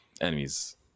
enemies